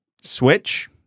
switch